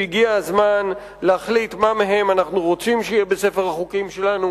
שהגיע הזמן להחליט מה מהם אנחנו רוצים שיהיה בספר החוקים שלנו,